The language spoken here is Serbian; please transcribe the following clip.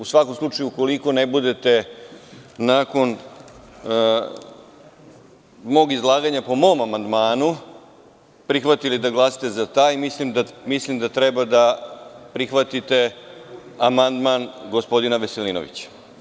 U svakom slučaju, ukoliko ne budete, nakon mog izlaganja po mom amandmanu, prihvatili da glasate za taj, mislim da treba da prihvatite amandman gospodina Veselinovića.